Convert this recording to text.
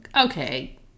Okay